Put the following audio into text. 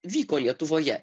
vyko lietuvoje